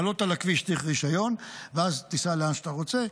לעלות על הכביש צריך רישיון ואז תיסע לאן שאתה רוצה,